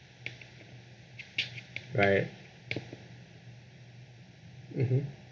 right mmhmm